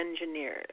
engineers